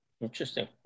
Interesting